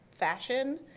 fashion